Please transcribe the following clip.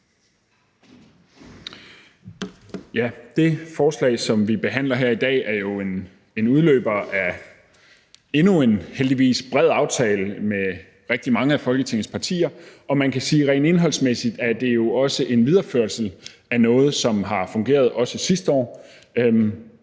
Det forslag, som vi behandler her i dag, er jo en udløber af endnu en – heldigvis – bred aftale med rigtig mange af Folketingets partier, og man kan sige, at det rent indholdsmæssigt også er en videreførelse af noget, som har fungeret sidste år.